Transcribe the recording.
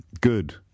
good